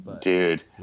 dude